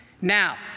Now